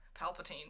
Palpatine